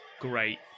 Great